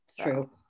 True